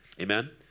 amen